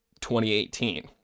2018